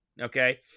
okay